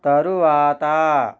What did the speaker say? తరువాత